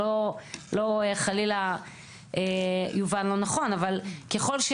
שלא יובן לא נכון, חלילה